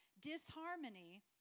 disharmony